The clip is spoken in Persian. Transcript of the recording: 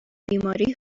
بیماری